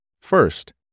First